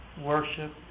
worship